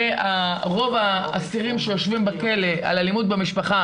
ורוב האסירים שיושבים בכלא על אלימות במשפחה